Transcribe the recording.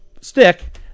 stick